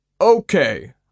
Okay